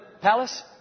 palace